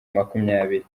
makumyabiri